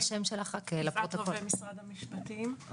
יפעת רווה משרד המשפטים,